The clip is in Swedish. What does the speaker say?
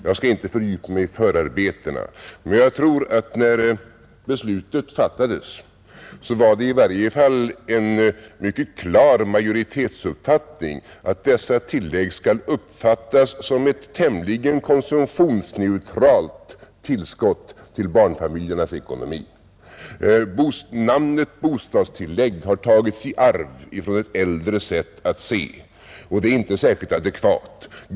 Jag skall inte fördjupa mig i förarbetena, men jag tror att när beslutet fattades var det i varje fall en mycket klar majoritetsuppfattning att dessa tillägg skall uppfattas som ett tämligen konsumtionsneutralt tillskott till barnfamiljernas ekonomi. Namnet ”bostadstillägg” har tagits i arv från ett äldre sätt att se och det är inte särskilt adekvat.